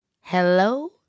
Hello